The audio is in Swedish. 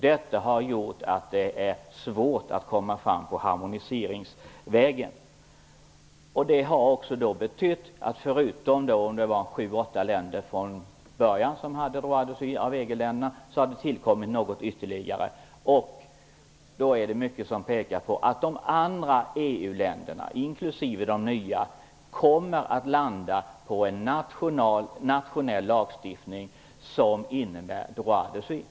Detta har gjort att det är svårt att komma fram på harmoniseringsvägen. Det har också betytt att förutom de 7 eller 8 EG-länder som från början hade regler om ''droit de suite'' har tillkommit något ytterligare. Det är mycket som pekar på att de andra EU-länderna, inklusive de nya, kommer att landa på en nationell lagstiftning som innebär ''droit de suite''.